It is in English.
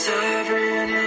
Sovereign